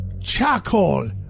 Charcoal